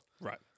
Right